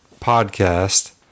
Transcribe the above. podcast